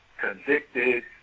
convicted